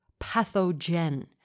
pathogen